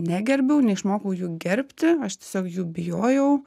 negerbiau neišmokau jų gerbti aš tiesiog jų bijojau